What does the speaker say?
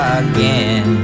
again